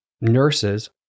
nurses